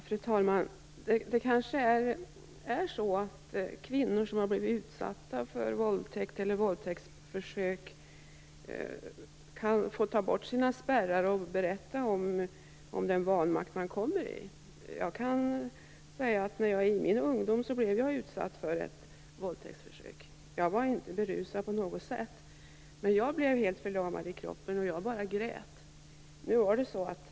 Fru talman! Det kanske är så att kvinnor som har blivit utsatta för våldtäkt eller våldtäktsförsök kan få ta bort sina spärrar genom att berätta om den vanmakt som de känner. Jag kan berätta att jag i min ungdom blev utsatt för ett våldtäktsförsök. Jag var inte berusad på något sätt. Jag blev förlamad i hela kroppen och bara grät.